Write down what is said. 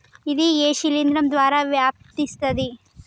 ఇది ఏ శిలింద్రం ద్వారా వ్యాపిస్తది?